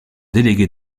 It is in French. délégué